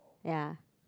ya